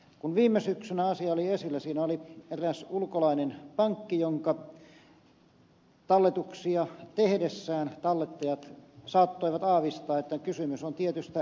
kun viime syksynä asia oli esillä siinä oli eräs ulkolainen pankki jonka talletuksia tehdessään tallettajat saattoivat aavistaa että kysymys on tietystä riskisijoittamisesta